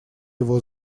его